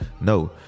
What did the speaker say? No